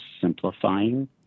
simplifying